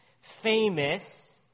famous